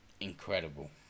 Incredible